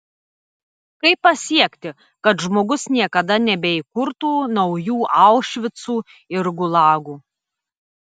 kaip pasiekti kad žmogus niekada nebeįkurtų naujų aušvicų ir gulagų